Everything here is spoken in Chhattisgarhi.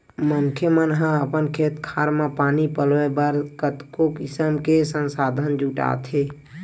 मनखे मन ह अपन खेत खार म पानी पलोय बर कतको किसम के संसाधन जुटाथे